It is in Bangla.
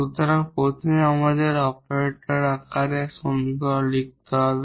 সুতরাং প্রথমে আমাদের অপারেটর আকারে সমীকরণ লিখতে হবে